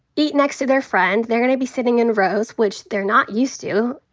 eat next to their friends. they're gonna be sitting in rows which they're not used to.